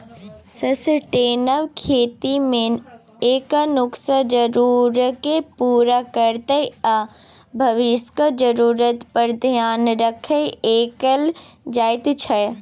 sustainable खेतीमे एखनुक जरुरतकेँ पुरा करैत आ भबिसक जरुरत पर धेआन राखि कएल जाइ छै